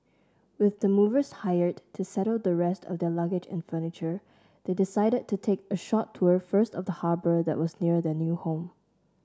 with the movers hired to settle the rest of their luggage and furniture they decided to take a short tour first of the harbour that was near their new home